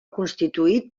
constituït